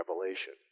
Revelation